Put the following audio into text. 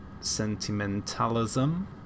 sentimentalism